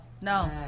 no